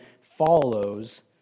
follows